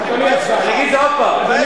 אני אגיד את זה עוד פעם.